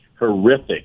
horrific